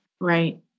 Right